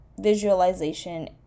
visualization